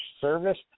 Service